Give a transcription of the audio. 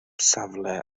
safle